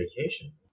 vacation